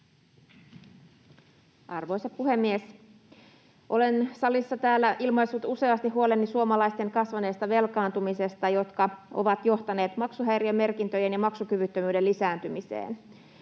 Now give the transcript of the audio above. Arvoisa puhemies! Olen täällä salissa ilmaissut useasti huoleni suomalaisten kasvaneesta velkaantumisesta, joka on johtanut maksuhäiriömerkintöjen ja maksukyvyttömyyden lisääntymiseen.